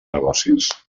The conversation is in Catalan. negocis